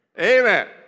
Amen